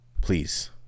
Please